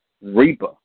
Reaper